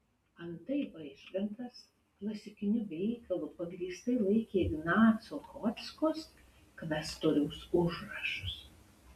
antai vaižgantas klasikiniu veikalu pagrįstai laikė ignaco chodzkos kvestoriaus užrašus